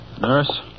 Nurse